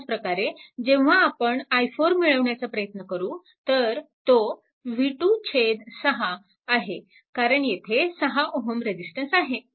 ह्याच प्रकारे जेव्हा आपण i4 मिळवण्याचा प्रयत्न करू तर तो v26 आहे कारण येथे 6 Ω रेजिस्टन्स आहे